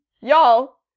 y'all